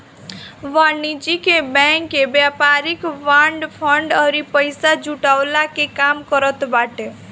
वाणिज्यिक बैंक व्यापारिक bond, fund अउरी पईसा जुटवला के काम करत बाटे